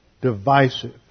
divisive